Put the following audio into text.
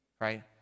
right